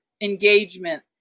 engagement